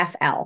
fl